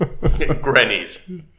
Grannies